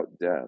death